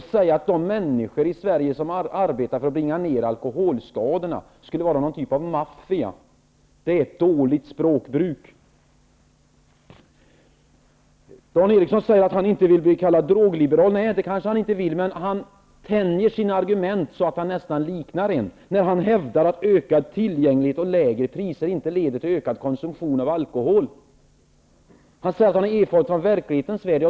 Att säga att de människor i Sverige som arbetar för att bringa ned alkoholskadorna skulle vara en typ av maffia är ett dåligt språkbruk. Dan Eriksson säger att han inte vill bli kallad drogliberal. Det kanske han inte vill. Men han tänjer sina argument så att han nästan liknar en, när han hävdar att ökad tillgänglighet och lägre priser inte leder till ökad konsumtion av alkohol. Han säger att han har erfarenhet av verklighetens värld.